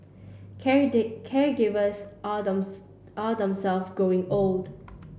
caregivers are are themselves growing old